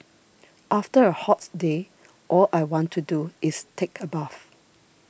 after a hot day all I want to do is take a bath